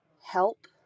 help